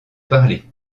parler